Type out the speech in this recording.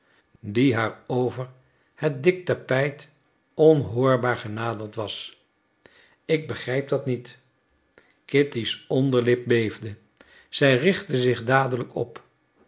die haar over het dik tapijt onhoorbaar genaderd was ik begrijp dat niet kitty's onderlip beefde zij richtte zich dadelijk op